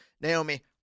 Naomi